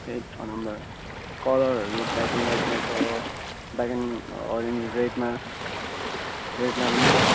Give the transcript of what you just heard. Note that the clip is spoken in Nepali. ए छ नम्बर कलरहरू ब्ल्याक एन्ड वाइटमा छ ब्ल्याक एन्ड अरेन्ज रेडमा रेडमा पनि छ